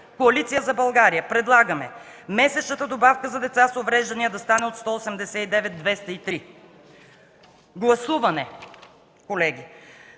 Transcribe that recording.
Коалиция за България предлагаме месечната добавка за деца с увреждане да стане от 189 на 203 лв. Гласуване: 141